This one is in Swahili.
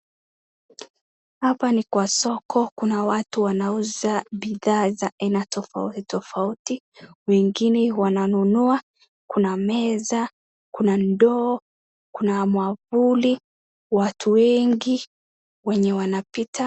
Hapa ni kwa soko kuna watu wanauza bidhaa za aina tofauti tofauti, wengine wananunua, kuna meza, kuna ndoo, kuna mwavuli, watu wengi wenye wanapita.